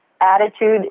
Attitude